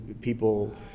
people